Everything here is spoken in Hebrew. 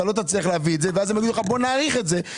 ואתה לא תצליח להביא את זה והם יגידו לך בוא נאריך את זה,